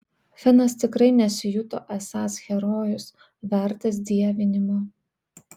finas tikrai nesijuto esąs herojus vertas dievinimo